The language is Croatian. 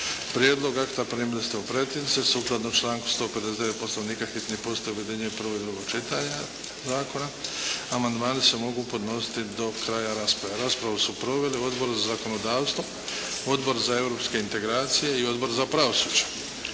Prijedlog akta primili ste u pretince sukladno članku 159. Poslovnika, hitni postupak objedinjuje prvo i drugo čitanje zakona. Amandmani se mogu podnositi do kraja rasprave. Raspravu su proveli Odbor za zakonodavstvo, Odbor za europske integracije i Odbor za pravosuđe.